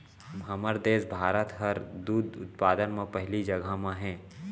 हमर देस भारत हर दूद उत्पादन म पहिली जघा म हे